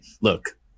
look